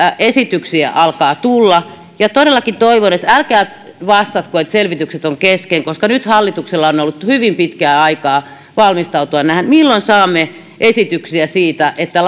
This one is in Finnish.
esityksiä alkaa tulla todellakin toivon että älkää vastatko että selvitykset ovat kesken koska nyt hallituksella on ollut hyvin pitkään aikaa valmistautua tähän milloin saamme esityksiä siitä että